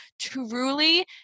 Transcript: truly